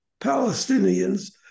Palestinians